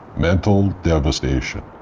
mental devastation.